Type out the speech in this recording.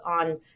on